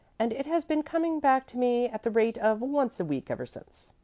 and it has been coming back to me at the rate of once a week ever since.